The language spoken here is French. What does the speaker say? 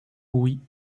oui